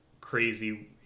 crazy